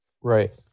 Right